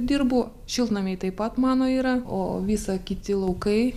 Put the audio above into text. dirbu šiltnamiai taip pat mano yra o visa kiti laukai